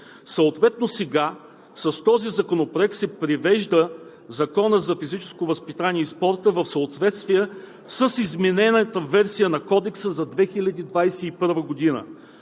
Сега с този законопроект се привежда Законът за физическото възпитание и спорта в съответствие с изменената версия на Кодекса за 2021 г.